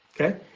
okay